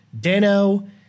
Dano